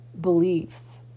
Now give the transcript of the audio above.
beliefs